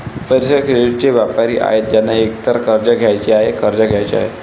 पैसे, क्रेडिटचे व्यापारी आहेत ज्यांना एकतर कर्ज घ्यायचे आहे, कर्ज द्यायचे आहे